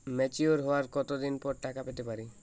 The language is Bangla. ম্যাচিওর হওয়ার কত দিন পর টাকা পেতে পারি?